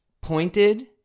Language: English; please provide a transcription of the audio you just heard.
pointed